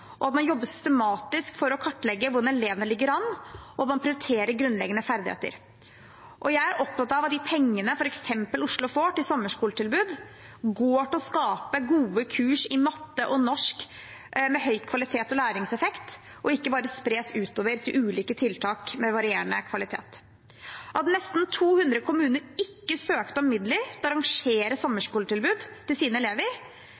at man jobber systematisk for å kartlegge hvordan elevene ligger an, og at man prioriterer grunnleggende ferdigheter. Jeg er opptatt av at de pengene f.eks. Oslo får til sommerskoletilbud, går til å skape gode kurs i matte og norsk med høy kvalitet og læringseffekt og ikke bare spres utover til ulike tiltak med varierende kvalitet. At nesten 200 kommuner ikke søkte om midler til å arrangere sommerskoletilbud til sine elever,